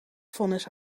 vonnis